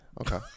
Okay